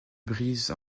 brise